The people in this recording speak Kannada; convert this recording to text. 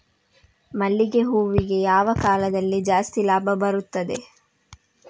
ಮಲ್ಲಿಗೆ ಹೂವಿಗೆ ಯಾವ ಕಾಲದಲ್ಲಿ ಜಾಸ್ತಿ ಲಾಭ ಬರುತ್ತದೆ?